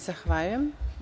Zahvaljujem.